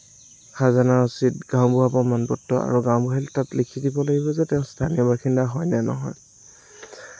খাজানা ৰচিদ গাঁও বুঢ়াৰ প্ৰমাণ পত্ৰ আৰু গাঁওবুঢ়াই তাত লিখি দিব লাগিব যে তেওঁ স্থানীয় বাসিন্দা হয় নে নহয়